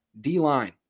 D-line